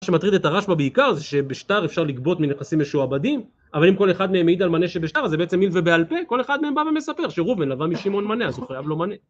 מה שמטריד את הרשב"א בעיקר, זה שבשטר אפשר לגבות מנכסים משועבדים, אבל אם כל אחד מהם מעיד על מנה שבשטר אז זה בעצם מילוה בעל פה, כל אחד מהם בא ומספר שראובן לוה משמעון מנה, אז הוא חייב לו מנה.